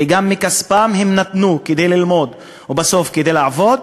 וגם מכספם הם נתנו כדי ללמוד ובסוף כדי לעבוד,